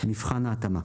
מבחן ההתאמה.